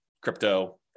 crypto